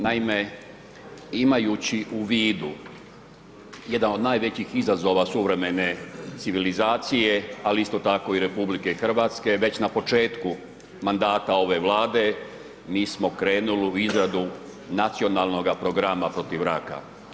Naime, imajući u vidu jedan od najvećih izazova suvremene civilizacije, ali isto tako i RH, već na početku mandata ove Vlade, mi smo krenuli u izradu Nacionalnoga program protiv raka.